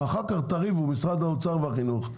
אחר כך תריבו משרד האוצר והחינוך,